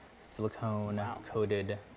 silicone-coated